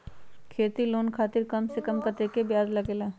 खेती लोन खातीर कम से कम कतेक ब्याज लगेला?